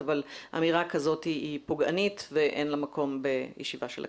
אבל אמירה כזאת היא פוגענית ואין לה מקום בישיבה של הכנסת.